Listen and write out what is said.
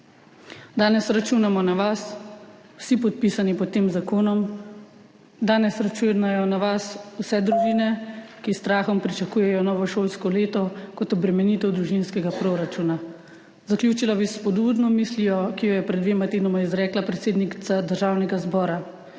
Danes računamo na vas vsi podpisani pod tem zakonom, danes računajo na vas vse družine, ki s strahom pričakujejo novo šolsko leto kot obremenitev družinskega proračuna. Zaključila bi s spodbudno mislijo, ki jo je pred dvema tednoma izrekla predsednica Državnega zbora.